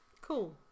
cool